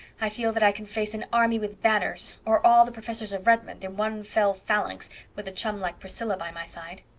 i feel that i can face an army with banners or all the professors of redmond in one fell phalanx with a chum like priscilla by my side.